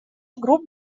групп